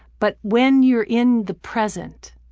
but when you're in the present,